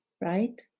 right